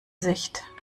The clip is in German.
sicht